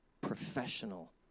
professional